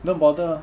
don't bother